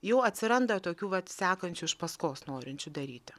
jau atsiranda tokių vat sekančių iš paskos norinčių daryti